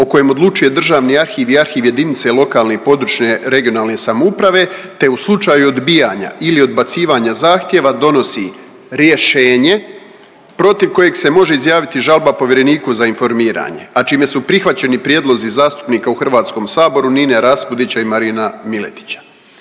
o kojem odlučuje Državni arhiv i arhiv jedinice lokalne i područne (regionalne) samouprave te u slučaju odbijanja ili odbacivanja zahtjeva donosi rješenje protiv kojeg se može izjaviti žalba povjereniku za informiranje, a čime su prihvaćeni prijedlozi zastupnika u HS-u Nine Raspudića i Marina Miletića.